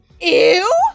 Ew